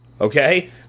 Okay